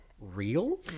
real